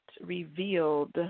revealed